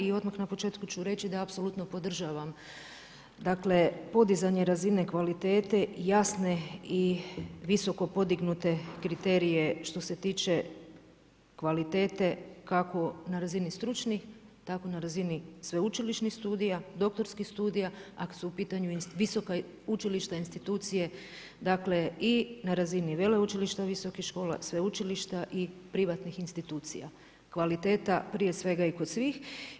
I odmah na početku ću reći da apsolutno podržavam podizanje razine kvalitete, jasne i visoko podignute kriterije što se tiče kvalitete kako na razini stručnih, tako na razini sveučilišnih studija, doktorskih studija ako su u pitanju visoka učilišta, institucije, dakle i na razini veleučilišta visokih škola i sveučilišta i privatnih institucija, kvaliteta prije sve i kod svih.